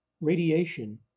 radiation